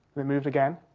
it moved again.